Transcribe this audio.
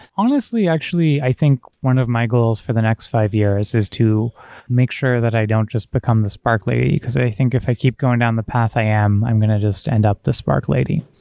honestly, actually, i think one of my goals for the next five years is to make sure that i don't just become the spark lady, because i think if i keep going down the path i am, i'm going to just end up this spark lady.